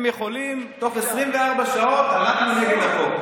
הם יכולים תוך 24 שעות, את החוק.